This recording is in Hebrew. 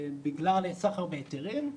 בגלל סחר בהיתרים.